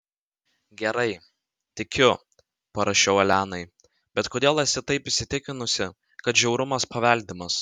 gerai tikiu parašiau elenai bet kodėl esi taip įsitikinusi kad žiaurumas paveldimas